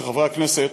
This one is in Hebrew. חברי הכנסת,